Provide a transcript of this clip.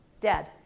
dead